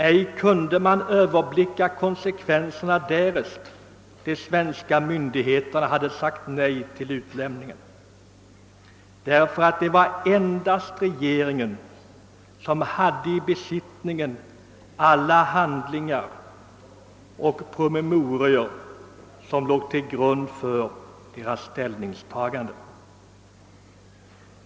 Man kunde inte överblicka konsekvenserna, om de svenska myndigheterna hade sagt nej till utlämningen, ty det var endast regeringen som i sin besittning hade alla handlingar och promemorior som ställningstagandet baserade sig på.